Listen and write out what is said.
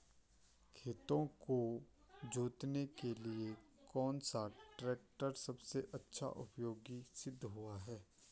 खेतों को जोतने के लिए कौन सा टैक्टर सबसे अच्छा उपयोगी सिद्ध हुआ है?